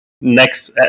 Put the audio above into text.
next